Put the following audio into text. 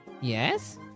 Yes